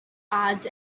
odds